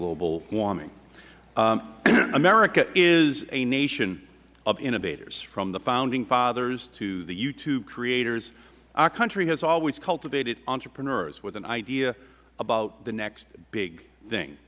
global warming america is a nation of innovators from the founding fathers to the youtube creators our country has always cultivated entrepreneurs with an idea about the next big thing